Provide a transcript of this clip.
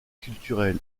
culturel